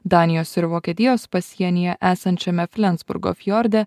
danijos ir vokietijos pasienyje esančiame flensburgo fiorde